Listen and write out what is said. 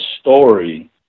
story